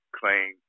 claim